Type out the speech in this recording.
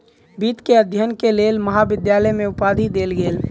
वित्त के अध्ययन के लेल महाविद्यालय में उपाधि देल गेल